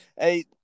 Hey